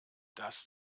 das